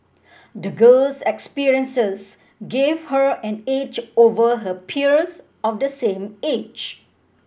the girl's experiences gave her an edge over her peers of the same age